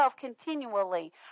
continually